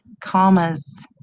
commas